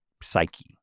psyche